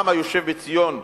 העם היושב בציון,